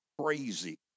crazy